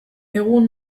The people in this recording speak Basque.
egun